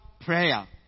prayer